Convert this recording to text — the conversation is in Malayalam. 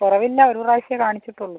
കുറവില്ല ഒരു പ്രാവശ്യമേ കാണിച്ചിട്ടുള്ളൂ